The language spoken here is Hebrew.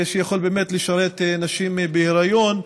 שיכול באמת לשרת נשים בהיריון.